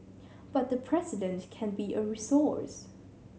but the President can be a resource